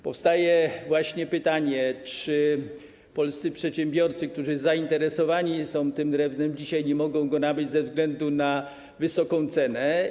Powstaje pytanie: Czy polscy przedsiębiorcy, którzy są zainteresowani tym drewnem, dzisiaj nie mogą go nabyć ze względu na wysoką cenę?